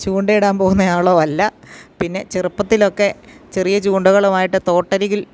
ചൂണ്ടയിടാൻ പോകുന്ന ആളോ അല്ല പിന്നെ ചെറുപ്പത്തിലൊക്കെ ചെറിയ ചൂണ്ടകളുമായിട്ട് തോട്ടരികിൽ